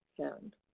sound